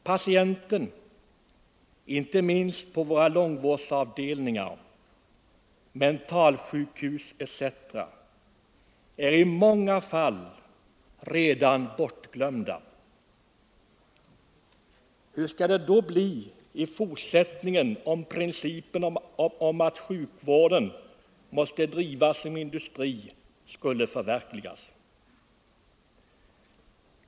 Patienten, inte minst på våra långvårdsavdelningar, mentalsjukhus etc., är i många fall redan bortglömd. Hur skall det bli i fortsättningen om principen att sjukvården måste drivas som industri skulle förverkligas?